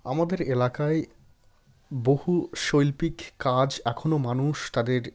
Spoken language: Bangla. আমাদের এলাকায় বহু শৈল্পিক কাজ এখনও মানুষ তাদের